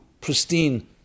pristine